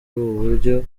buryo